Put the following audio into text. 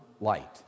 light